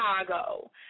Chicago